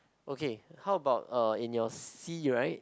okay how about uh in your sea right